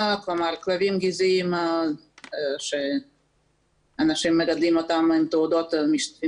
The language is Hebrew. כלבים גזעיים שאנשים מגדלים אותם עם תעודות משתתפים